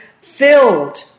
filled